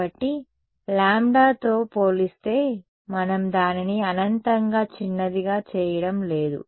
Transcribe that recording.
కాబట్టి లాంబ్డా తో పోలిస్తే మనం దానిని అనంతంగా చిన్నదిగా చేయడం లేదు